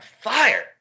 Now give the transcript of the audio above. fire